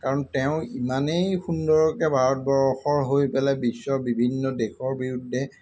কাৰণ তেওঁ ইমানেই সুন্দৰকৈ ভাৰতবৰ্ষৰ হৈ পেলাই বিশ্বৰ বিভিন্ন দেশৰ বিৰুদ্ধে